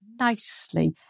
nicely